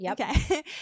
Okay